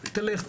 לך,